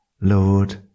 Lord